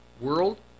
world